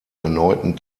erneuten